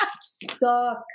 suck